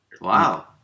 Wow